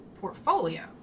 portfolio